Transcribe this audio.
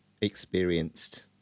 experienced